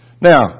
Now